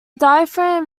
diaphragm